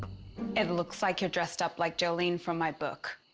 it looks like you're dressed up like jolene from my book.